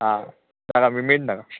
आं नाका मीट नाका